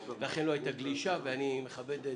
לכן, לא הייתה גלישה ואני מכבד את